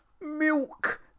milk